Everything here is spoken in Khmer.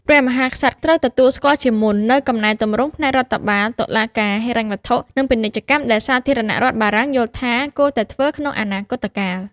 ព្រះមហាក្សត្រត្រូវទទួលស្គាល់ជាមុន នូវកំណែទម្រង់ផ្នែករដ្ឋបាល តុលាការ ហិរញ្ញវត្ថុ និងពាណិជ្ជកម្មដែលសាធារណរដ្ឋបារាំងយល់ថាគួរតែធ្វើក្នុងអនាគតកាល។